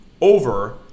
over